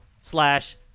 slash